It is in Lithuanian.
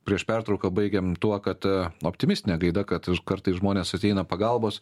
prieš pertrauką baigėm tuo kad optimistine gaida kad kartais žmonės ateina pagalbos